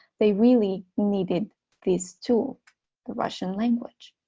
they really needed this too the russian language